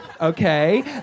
Okay